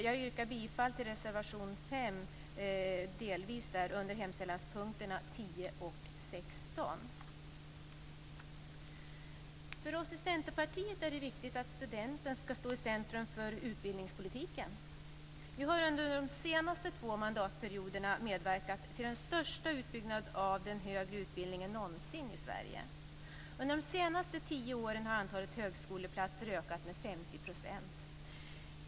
Jag yrkar bifall till reservation 5 under hemställanspunkterna 10 och 16. För oss i Centerpartiet är det viktigt att studenten ska stå i centrum för utbildningspolitiken. Vi har under de senaste två mandatperioderna medverkat till den största utbyggnaden av den högre utbildningen någonsin i Sverige. Under de senaste tio åren har antalet högskoleplatser ökat med 50 %.